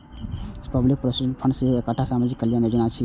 public provident fund सेहो एकटा सामाजिक कल्याण योजना छियै